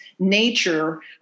nature